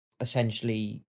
Essentially